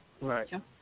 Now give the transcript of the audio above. Right